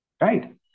Right